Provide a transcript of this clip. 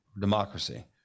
democracy